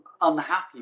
unhappy